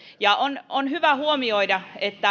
on on hyvä huomioida että